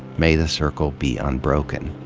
may the circle be unbroken.